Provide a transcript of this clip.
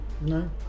No